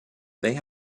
they